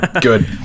Good